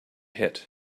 hit